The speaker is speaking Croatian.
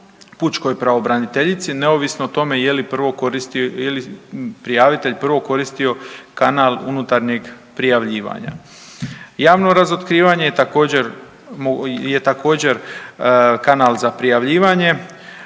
pučkoj pravobraniteljici neovisno o tome je li prijavitelj prvo koristio kanal unutarnjeg prijavljivanja. Javno razotkrivanje je također kanal za prijavljivanje.